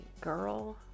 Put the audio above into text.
girl